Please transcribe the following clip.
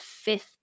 fifth